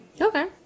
Okay